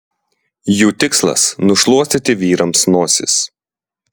jų tikslas nušluostyti vyrams nosis